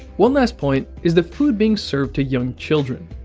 one last point is the food being served to young children.